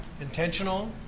intentional